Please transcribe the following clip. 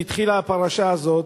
כשהתחילה הפרשה הזאת,